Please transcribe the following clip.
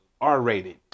R-rated